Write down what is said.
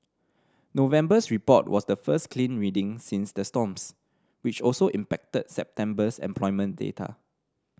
November's report was the first clean reading since the storms which also impacted September's employment data